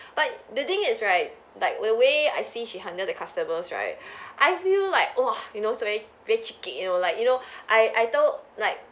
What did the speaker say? but the thing is right like the way I see she handle the customers right I feel like !wah! you know so ve~ very chi kek you know like you know I I told like